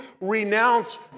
renounce